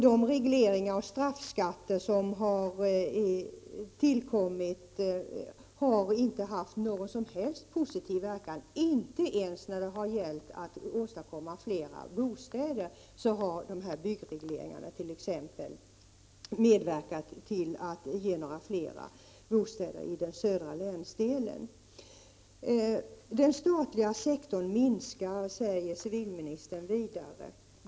De regleringar och straffskatter som har tillkommit har inte haft någon som helst positiv verkan — inte ens när det har gällt att åstadkomma fler bostäder har byggregleringarna medverkat till att ge några fler bostäder i den södra länsdelen. Den statliga sektorn minskar, säger civilministern vidare.